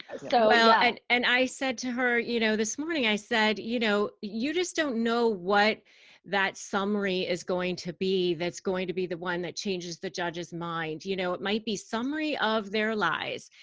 so well, and and i said to her you know this morning, i said, you know you just don't know what that summary is going to be that's going to be the one that changes the judge's mind. you know it might be summary of their lies.